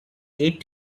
eight